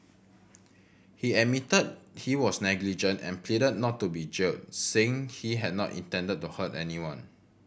he admitted he was negligent and pleaded not to be jailed saying he had not intended to hurt anyone